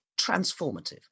transformative